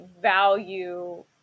value